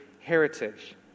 heritage